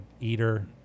Eater